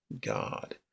God